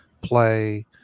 play